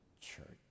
church